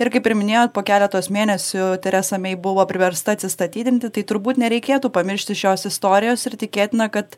ir kaip ir minėjot po keletos mėnesių teresa mei buvo priversta atsistatydinti tai turbūt nereikėtų pamiršti šios istorijos ir tikėtina kad